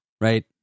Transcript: right